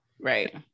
Right